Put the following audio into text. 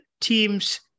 teams